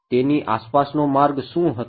તેની આસપાસનો માર્ગ શું હતો